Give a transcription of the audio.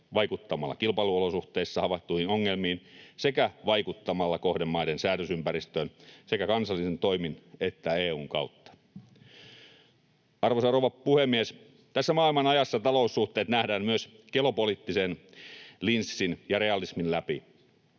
vaikuttamalla kilpailuolosuhteissa havaittuihin ongelmiin sekä vaikuttamalla kohdemaiden säädösympäristöön sekä kansallisin toimin että EU:n kautta. Arvoisa rouva puhemies! Tässä maailmanajassa taloussuhteet nähdään myös geopoliittisen linssin ja realismin läpi.